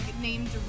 named